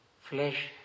flesh